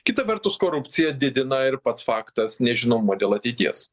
kita vertus korupciją didina ir pats faktas nežinomumo dėl ateities